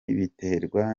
biterwa